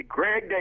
Greg